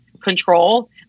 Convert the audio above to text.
control